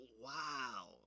wow